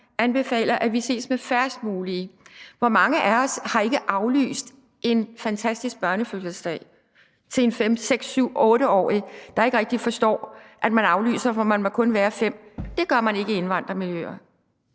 anbefaler, at vi ses med færrest mulige. Hvor mange af os har ikke aflyst en fantastisk børnefødselsdag for en 5-, 6-, 7-årig, der ikke rigtig forstår, at man aflyser, fordi man kun må være fem? Det gør man ikke i indvandrermiljøer.